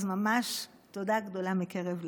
אז ממש תודה גדולה מקרב לב.